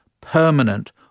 permanent